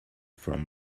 from